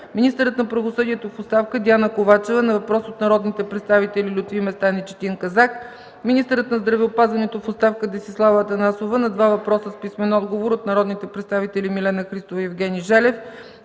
министърът на правосъдието в оставка Диана Ковачева – на въпрос от народните представители Лютви Местан и Четин Казак; - министърът на здравеопазването в оставка Десислава Атанасова – на два въпроса с писмен отговор от народните представители Милена Христова, и Евгений Желев.